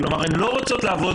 כלומר הן לא רוצות לעבוד